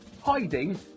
hiding